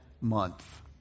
month